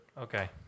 Okay